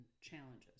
challenges